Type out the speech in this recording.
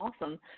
Awesome